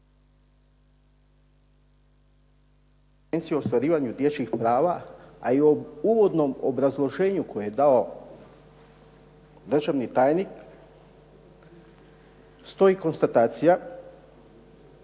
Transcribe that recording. o ostvarivanju dječjih prava, a i u uvodnom obrazloženju koje je dao državni tajnik stoji konstatacija